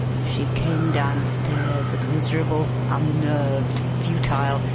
she came downstairs miserable, unnerved, futile,